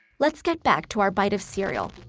let's get back to our bite of cereal.